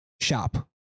shop